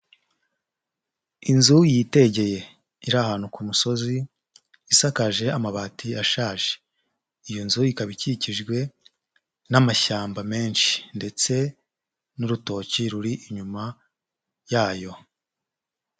Inzu yitegeye iri ahantu ku musozi, isakaje amabati ashaje, iyo nzu ikaba ikikijwe n'amashyamba menshi ndetse n'urutoki ruri inyuma yayo.